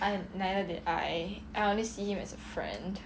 I neither did I I only see him as a friend